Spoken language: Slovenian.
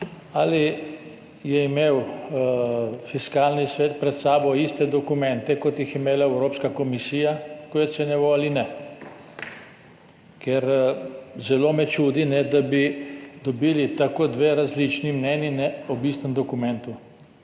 ali je imel Fiskalni svet pred sabo iste dokumente, kot jih je imela Evropska komisija, ko je ocenjeval ali ne? Ker me zelo čudi, da bi dobili dve tako različni mnenji, ob istem dokumentu.